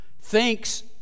Thinks